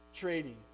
trading